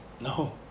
No